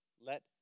let